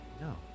no